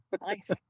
Nice